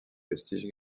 vestiges